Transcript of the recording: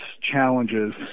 challenges